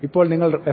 ഇപ്പോൾ നിങ്ങൾ f